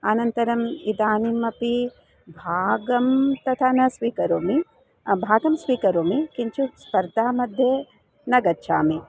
अनन्तरम् इदानीमपि भागं तथा न स्वीकरोमि भागं स्वीकरोमि किञ्चित् स्पर्धामध्ये न गच्छामि